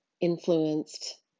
influenced